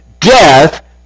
Death